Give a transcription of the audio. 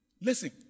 Listen